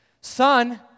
son